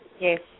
Yes